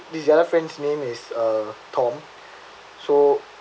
these other friends name is uh tom so